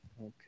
Okay